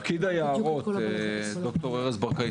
פקיד היערות, ד"ר ארז ברקאי.